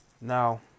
Now